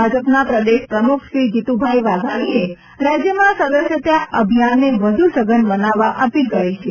ભાજપના પ્રદેશ અધ્યક્ષ શ્રી જીતુભાઇ વાઘાણીએ રાજ્યમાં સદસ્યતા અભિયાનને વધુ સઘન બનાવવા અપીલ કરી છે